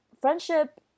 friendship